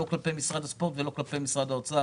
לא כלפי משרד הספורט ולא כלפי משרד האוצר.